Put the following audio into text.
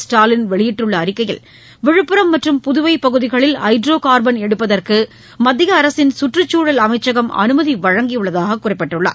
ஸ்டாலின் வெளியிட்டுள்ள அறிக்கையில் விழுப்புரம் மற்றும் புதுவை பகுதிகளில் ஹைட்ரோ கார்பன் எடுப்பதற்கு மத்திய அரசின் சுற்றுச்சுழல் அமைச்சகம் அமைதி வழங்கியுள்ளதாக குறிப்பிட்டுள்ளார்